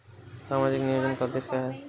सामाजिक नियोजन का उद्देश्य क्या है?